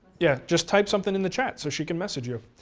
yeah just type something in the chat so she can message you.